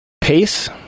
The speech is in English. pace